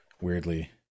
Weirdly